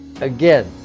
Again